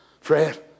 Fred